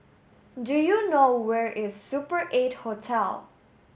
do you know where is Super Eight Hotel